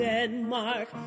Denmark